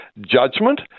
judgment